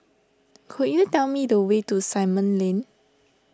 could you tell me the way to Simon Lane